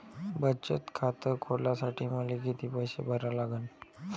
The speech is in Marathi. बचत खात खोलासाठी मले किती पैसे भरा लागन?